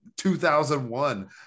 2001